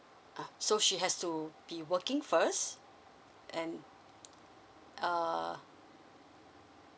ah so he has to be working first and err